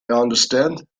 understand